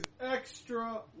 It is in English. extra